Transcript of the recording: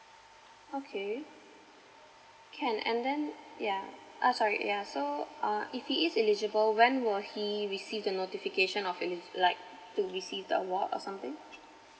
okay can and then yeah uh sorry yeah so uh if he is eligible when will he receive the notification of like to receive the award or something